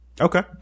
okay